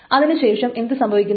അതിനു ശേഷം എന്തു സംഭവിക്കുന്നു